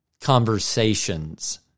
conversations